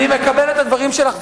אני מקבל את הדברים שלך,